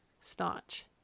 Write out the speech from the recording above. staunch